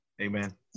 Amen